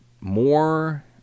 more